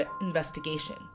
investigation